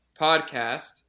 podcast